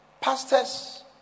pastors